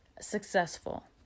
successful